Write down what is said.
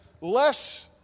less